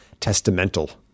testamental